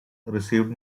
received